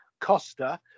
Costa